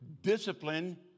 discipline